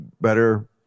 better